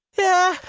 yeah,